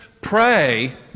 pray